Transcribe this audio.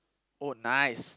oh nice